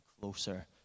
closer